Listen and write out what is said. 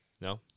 No